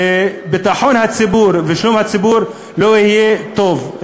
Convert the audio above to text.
וביטחון הציבור ושלום הציבור לא יהיו טובים.